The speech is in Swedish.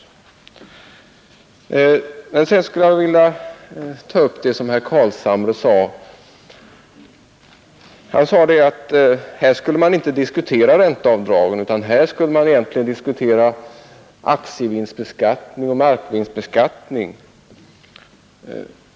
Herr Carlshamre sade att vi inte här egentligen skulle diskutera ränteavdraget utan aktievinstbeskattning och markvinstbeskattning.